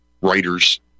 writers